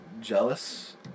jealous